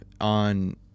on